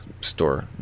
store